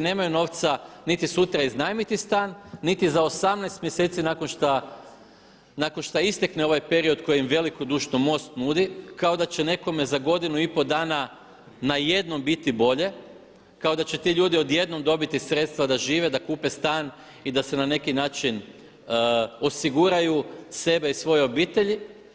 nemaju novca niti sutra iznajmiti stan, niti za 18 mjeseci nakon šta istekne ovaj period koji im velikodušno MOST nudi kao da će nekome za godinu i pol dana najednom biti bolje, kao da će ti ljudi odjednom dobiti sredstva da žive, da kupe stan i da se na neki način osiguraju sebe i svoje obitelji.